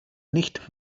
nicht